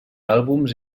àlbums